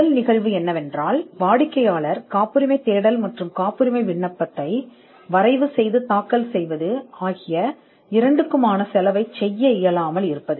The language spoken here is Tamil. முதல் நிகழ்வு வாடிக்கையாளர் காப்புரிமை தேடல் மற்றும் காப்புரிமை விண்ணப்பத்தை தாக்கல் செய்வதற்கும் வரைவு செய்வதற்கும் தாக்கல் செய்யும் செலவு ஆகிய இரண்டையும் வாங்க முடியாது